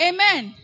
Amen